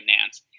Nance